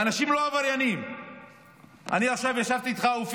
והאנשים לא עבריינים.